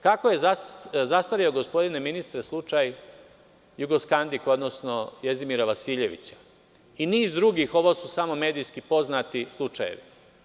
Kako je zastareo gospodine ministre slučaj „Jugoskandik“, odnosno Jezdimira Vasiljevića i niz drugih, ovo su samo medijski poznati slučajevi?